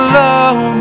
love